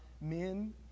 men